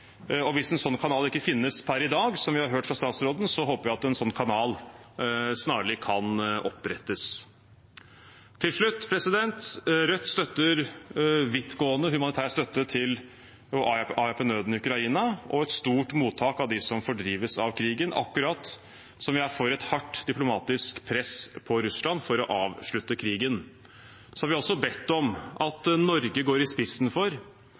og hvis en slik kanal ikke finnes per i dag, som vi har hørt fra ministeren, håper vi at en slik kanal snarlig kan opprettes. Til slutt: Rødt støtter vidtgående humanitær støtte til å avhjelpe nøden i Ukraina og et stort mottak av dem som fordrives av krigen, akkurat som vi er for et hardt diplomatisk press på Russland for å avslutte krigen. Så har vi også bedt om at Norge går i spissen for